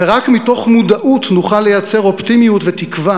ורק מתוך מודעות נוכל לייצר אופטימיות ותקווה